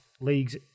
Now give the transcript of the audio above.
leagues